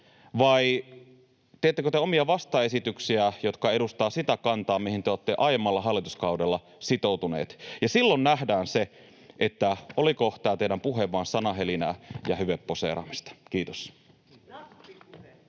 vai teettekö te omia vastaesityksiänne, jotka edustavat sitä kantaa, mihin te olette aiemmalla hallituskaudella sitoutuneet. Ja silloin nähdään se, oliko tämä teidän puheenne vain sanahelinää ja hyveposeeraamista. — Kiitos.